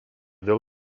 dėl